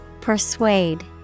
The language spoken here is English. Persuade